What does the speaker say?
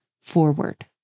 forward